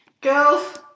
Girls